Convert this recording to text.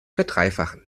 verdreifachen